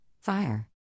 fire